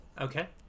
okay